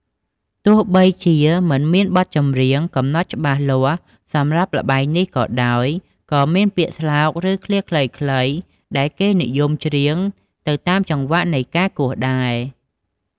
ទោះបីជាមិនមានបទចម្រៀងកំណត់ច្បាស់លាស់សម្រាប់ល្បែងនេះក៏ដោយ ក៏មានពាក្យស្លោក ឬឃ្លាខ្លីៗដែលគេនិយមច្រៀងទៅតាមចង្វាក់នៃការគោះដែរ។